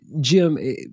Jim